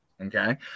Okay